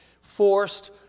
forced